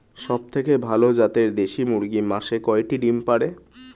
সবথেকে ভালো জাতের দেশি মুরগি মাসে কয়টি ডিম পাড়ে?